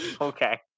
Okay